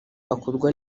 akorwa